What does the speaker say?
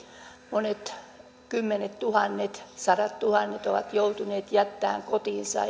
monet kymmenettuhannet sadattuhannet ovat joutuneet jättämään kotinsa